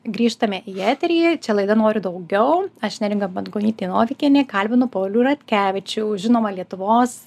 grįžtame į eterį čia laida noriu daugiau aš neringa pangonytė novikienė kalbinu paulių ratkevičių žinomą lietuvos